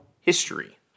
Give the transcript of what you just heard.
history